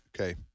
Okay